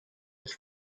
its